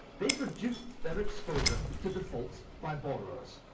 they'd reduced their exposure to defauits by borrowers.